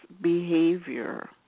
behavior